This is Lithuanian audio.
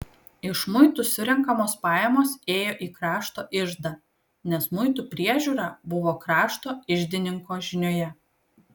iš muitų surenkamos pajamos ėjo į krašto iždą nes muitų priežiūra buvo krašto iždininko žinioje